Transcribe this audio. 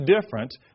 different